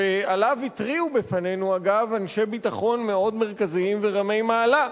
שעליו התריעו בפנינו אנשי ביטחון מאוד מרכזיים ורמי מעלה,